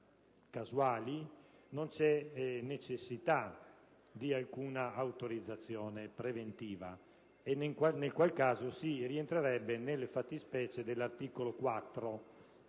casuali non è necessaria alcuna autorizzazione preventiva (nel qual caso si rientra nella fattispecie dell'articolo 4